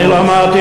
אני לא אמרתי,